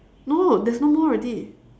no there's no more already